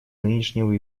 нынешнего